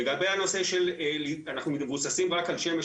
לגבי הנושא שאנחנו מבוססים רק על שמש,